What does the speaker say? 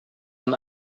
man